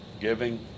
Giving